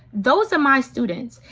those are my students.